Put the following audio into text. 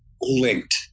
linked